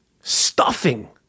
stuffing